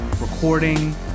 recording